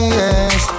yes